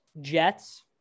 jets